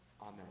Amen